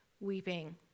weeping